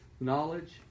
knowledge